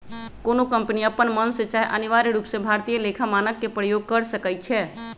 कोनो कंपनी अप्पन मन से चाहे अनिवार्य रूप से भारतीय लेखा मानक के प्रयोग कर सकइ छै